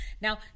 Now